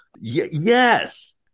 Yes